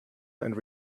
and